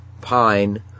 pine